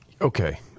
Okay